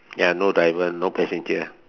ya no driver no passenger